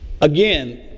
Again